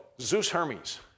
Zeus-Hermes